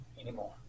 anymore